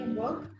work